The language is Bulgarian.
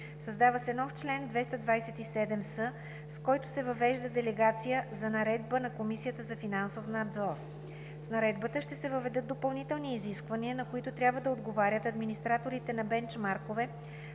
Създава се нов чл. 227с, с който се въвежда делегация за наредба на Комисията за финансов надзор. С наредбата ще се въведат допълнителните изисквания, на които трябва да отговарят администраторите на бенчмаркове